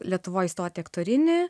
lietuvoj įstoti į aktorinį